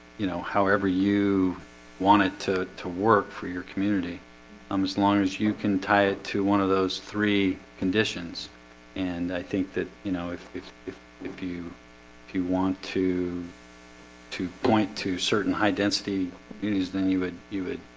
you know, however you want it to to work for your community um as long as you can tie it to one of those three conditions and i think that you know if it's if if you if you want to to point to certain high density knees then you would you would